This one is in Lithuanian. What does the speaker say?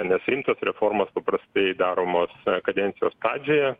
nes rimtos reformos paprastai daromos kadencijos pradžioje